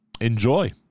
enjoy